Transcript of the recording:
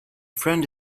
friend